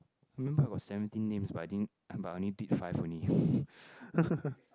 remember I got seventeen names but I didn't but I only did five only